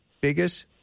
biggest